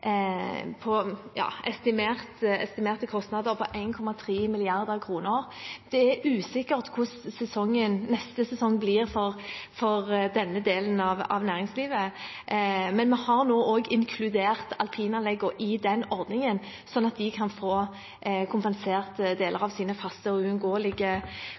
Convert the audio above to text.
på 1,3 mrd. kr. Det er usikkert hvordan neste sesong blir for denne delen av næringslivet, men vi har nå inkludert alpinanleggene i den ordningen, sånn at de kan få kompensert deler av sine faste og